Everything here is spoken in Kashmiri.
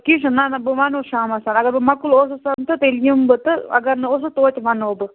کیٚنہہ چھِنہٕ نہ نہ بہٕ وَنو شامَس اگر بہٕ مَکُل اوسُسَن تہٕ تیٚلہِ یِمہٕ بہٕ تہٕ اگر نہٕ اوسُس تویتہِ وَنَو بہٕ